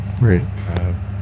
right